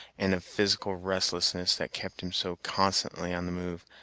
and a physical restlessness that kept him so constantly on the move,